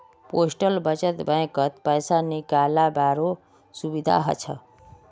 postal बचत बैंकत पैसा निकालावारो सुविधा हछ